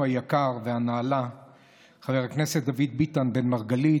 היקר והנעלה חבר הכנסת דוד ביטן בן מרגלית,